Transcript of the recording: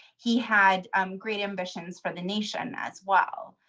he had um great ambitions for the nation as well.